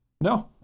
No